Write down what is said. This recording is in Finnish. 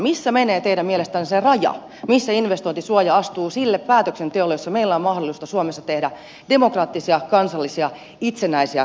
missä menee teidän mielestänne se raja missä investointisuoja astuu sille päätöksenteolle jossa meillä on mahdollista suomessa tehdä demokraattisia kansallisia itsenäisiä päätöksiä